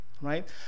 right